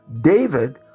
David